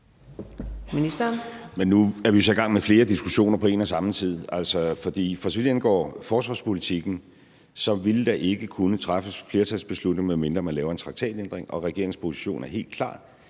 nu er vi så i gang med flere diskussioner på en og samme tid. Altså, for så vidt angår forsvarspolitikken, vil der ikke kunne træffes flertalsbeslutninger, medmindre man laver en traktatændring, og regeringens position er helt klar: